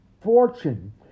fortune